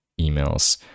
emails